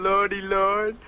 lord lord